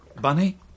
Bunny